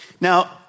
Now